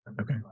Okay